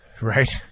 Right